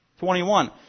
21